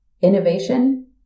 innovation